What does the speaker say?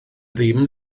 ddim